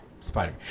Spider